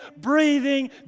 breathing